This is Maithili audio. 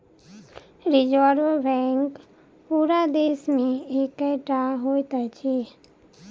रिजर्व बैंक पूरा देश मे एकै टा होइत अछि